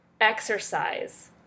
exercise